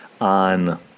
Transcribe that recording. on